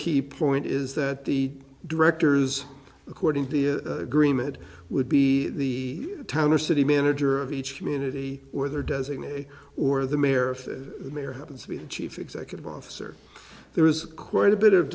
key point is that the directors according to agreement would be the town or city manager of each community whether designate a or the mayor if the mayor happens to be the chief executive officer there is quite a bit of